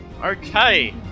Okay